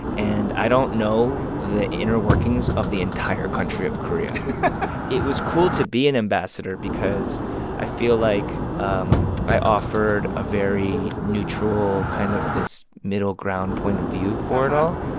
and i don't know the inner workings of the entire country of korea it was cool to be an ambassador because i feel like um i offered a very neutral, kind of this middle-ground point of view for it all.